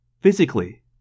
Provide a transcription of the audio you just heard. Physically